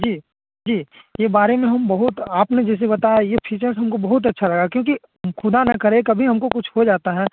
जी जी यह बारे में हम बहुत आपने जैसे बताया यह फीचर्स हमको बहुत अच्छा लगा क्योंकि ख़ुदा ना करे कभी हमको कुछ हो जाता है